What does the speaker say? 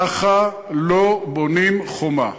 ככה לא בונים חומה.